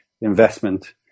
investment